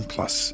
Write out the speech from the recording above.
Plus